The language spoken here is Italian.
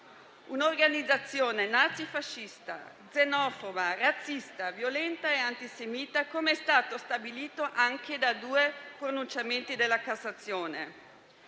Forza Nuova, nazifascista, xenofoba, razzista, violenta e antisemita, com'è stato stabilito anche da due pronunciamenti della Cassazione,